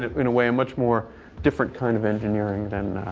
in a way, a much more different kind of engineering. then